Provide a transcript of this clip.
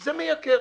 זה מייקר.